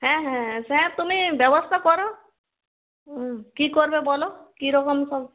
হ্যাঁ হ্যাঁ হ্যাঁ স্যা তুমি ব্যবস্থা করো কী করবে বলো কী রকম সব